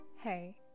Hey